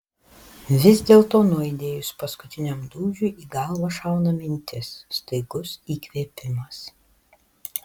vis dėlto nuaidėjus paskutiniam dūžiui į galvą šauna mintis staigus įkvėpimas